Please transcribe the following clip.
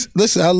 listen